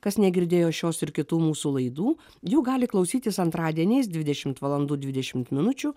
kas negirdėjo šios ir kitų mūsų laidų jų gali klausytis antradieniais dvidešimt valandų dvidešimt minučių